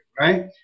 right